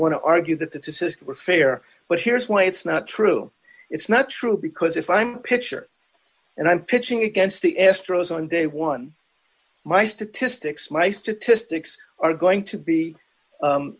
want to argue that that's a system were fair but here's why it's not true it's not true because if i'm picture and i'm pitching against the astros on day one my statistics my statistics are going to be